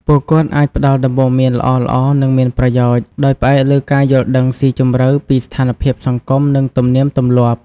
ពួកគាត់អាចផ្តល់ដំបូន្មានល្អៗ និងមានប្រយោជន៍ ដោយផ្អែកលើការយល់ដឹងស៊ីជម្រៅពីស្ថានភាពសង្គម និងទំនៀមទម្លាប់។